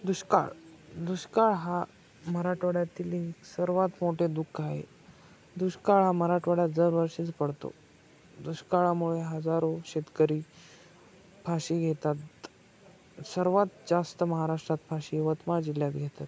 दुष्काळ दुष्काळ हा मराठवाड्यातील एक सर्वात मोठे दु ख आहे दुष्काळ हा मराठवाड्यात दर वर्षीच पडतो दुष्काळामुळे हजारो शेतकरी फाशी घेतात सर्वात जास्त महाराष्ट्रात फाशी यवतमाळ जिल्ह्यात घेतात